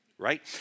right